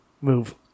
move